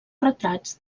retrats